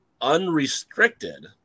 unrestricted